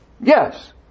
Yes